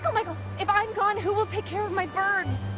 ah michael, if i'm gone who will take care of my birds